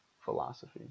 philosophy